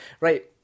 Right